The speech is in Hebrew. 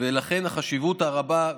ולכן החשיבות הרבה.